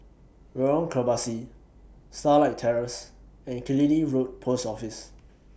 Lorong Kebasi Starlight Terrace and Killiney Road Post Office